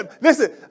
listen